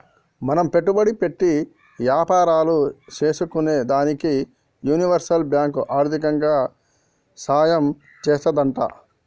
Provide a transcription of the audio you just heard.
మనం పెట్టుబడి పెట్టి యాపారాలు సేసుకునేదానికి యూనివర్సల్ బాంకు ఆర్దికంగా సాయం చేత్తాదంట